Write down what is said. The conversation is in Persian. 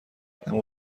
اما